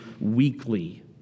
weekly